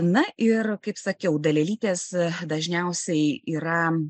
na ir kaip sakiau dalelytės dažniausiai yra